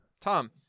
Tom